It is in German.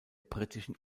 britischen